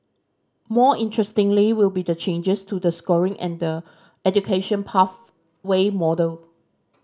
more interestingly will be the changes to the scoring and the education pathway model